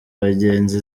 abagenzi